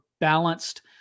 balanced